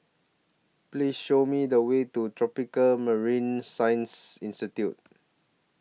Please Show Me The Way to Tropical Marine Science Institute